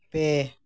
ᱯᱮ